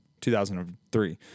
2003